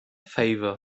favor